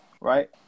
right